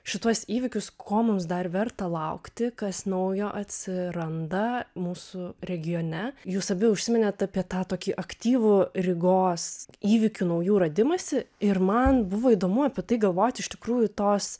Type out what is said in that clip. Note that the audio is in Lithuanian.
šituos įvykius ko mums dar verta laukti kas naujo atsiranda mūsų regione jūs abi užsiminėt apie tą tokį aktyvų rygos įvykių naujų radimąsi ir man buvo įdomu apie tai galvoti iš tikrųjų tos